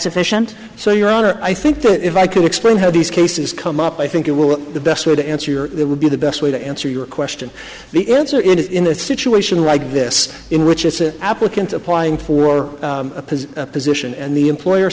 sufficient so your honor i think if i could explain how these cases come up i think it will the best way to answer your would be the best way to answer your question the answer is in a situation like this in which it's an applicant applying for a position and the employer